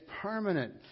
permanent